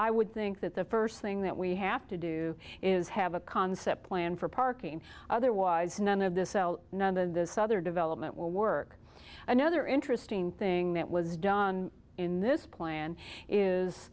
i would think that the first thing that we have to do is have a concept plan for parking otherwise none of this l none and this other development will work another interesting thing that was done in this plan is